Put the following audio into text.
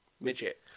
midget